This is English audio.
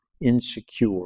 insecure